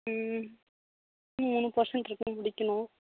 ம் இன்னும் மூணு போஷன் இருக்கு முடிக்கணும்